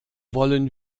wollen